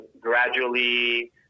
gradually